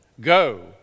Go